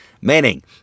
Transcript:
meaning